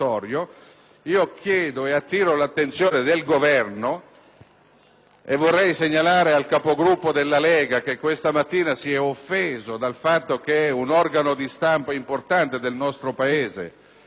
inoltre segnalare al Capogruppo della Lega, che questa mattina si è offeso per il fatto che un organo di stampa importante del nostro Paese ha definito leggi razziali alcune oscenità che la Lega ha imposto a questa maggioranza